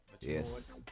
Yes